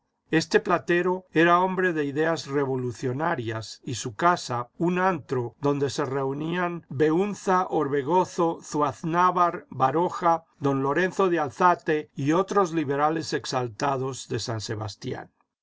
este platero era hombre de ideas revolucionarias y su casa un antro donde se reunían beúnza orbegozo zuaznavar baroja don lorenzo de álzate y otros liberales exaltados de san sebastián